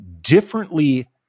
differently